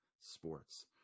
sports